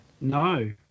No